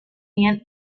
ant